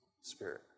spirit